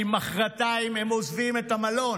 כי מוחרתיים הם עוזבים את המלון.